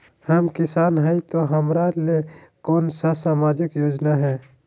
हम किसान हई तो हमरा ले कोन सा सामाजिक योजना है?